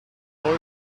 boy